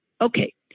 okay